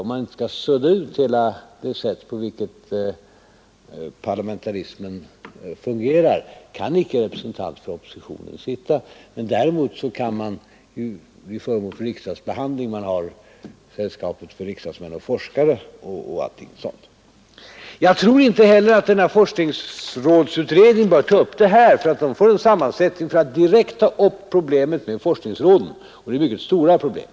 Om man inte skall sudda ut hela det sätt på vilket parlamentarismen fungerar, kan där inte sitta en representant för oppositionen. Däremot kan oppositionen vara med vid riksdagsbehandlingen, genom Sällskapet Riksdagsmän och forskare och annat sådant. Jag tror inte heller att forskningsrådsberedningen bör ta upp dessa frågor. Den har en sammansättning för att direkt ta upp problemen med forskningsråden, och det är mycket stora problem.